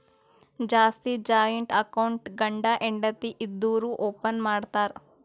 ಜಾಸ್ತಿ joint account ಗಂಡ ಹೆಂಡತಿ ಇದ್ದೋರು ಓಪನ್ ಮಾಡ್ತಾರ್